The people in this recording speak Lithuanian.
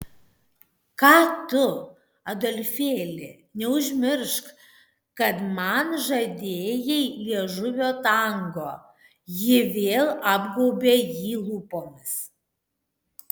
ką tu adolfėli neužmiršk kad man žadėjai liežuvio tango ji vėl apgaubė jį lūpomis